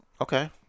Okay